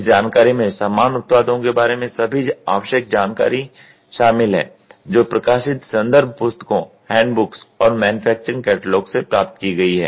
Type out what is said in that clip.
इस जानकारी में समान उत्पादों के बारे में सभी आवश्यक जानकारी शामिल है जो प्रकाशित संदर्भ पुस्तकों हैंड बुक्स और मैन्युफैक्चरिंग कैटलॉग से प्राप्त की गई हैं